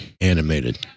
animated